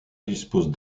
dispose